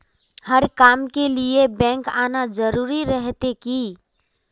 हर काम के लिए बैंक आना जरूरी रहते की?